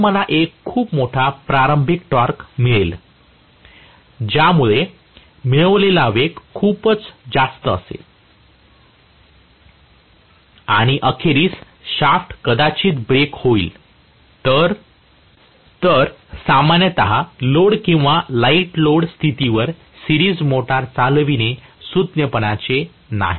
तर मला एक खूप मोठा प्रारंभिक टॉर्क मिळेल ज्यामुळे मिळविलेला वेग खूपच जास्त असेल आणि अखेरीस शाफ्ट कदाचित ब्रेक होईल तर सामान्यत लोड किंवा लाइट लोड स्थितीवर सिरीज मोटर चालविणे सुज्ञपणाचे नाही